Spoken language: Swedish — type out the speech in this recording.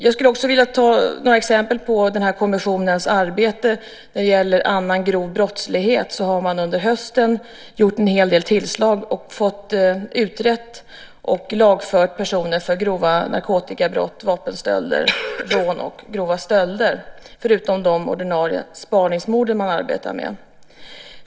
Jag skulle också vilja nämna några exempel på den här kommissionens arbete. När det gäller grov brottslighet har man under hösten gjort en hel del tillslag och utrett och lagfört personer för grova narkotikabrott, vapenstölder, rån och grova stölder, förutom de ordinarie spaningsmord man arbetar med.